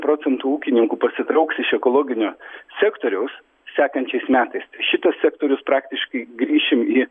procentų ūkininkų pasitrauks iš ekologinio sektoriaus sekančiais metais tai šitas sektorius praktiškai grįšim į